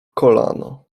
kolano